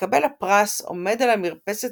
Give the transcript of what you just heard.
מקבל הפרס עומד על המרפסת